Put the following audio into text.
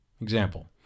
example